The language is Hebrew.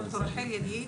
ד"ר רחל ידיד,